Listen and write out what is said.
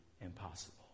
impossible